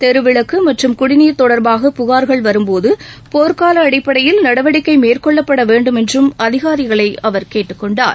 தெருவிளக்கு மற்றும் குடிநீர் தொடர்பாக புகார்கள் வரும்போது போர்க்கால அடிப்படையில் நடவடிக்கை மேற்கொள்ளப்பட வேண்டும் என்றும் அதிகாரிகளை அவர் கேட்டுக்கொண்டார்